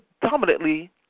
predominantly